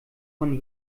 von